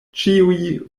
ĉiuj